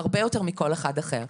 אפילו יותר מכל אחד אחר.